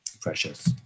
precious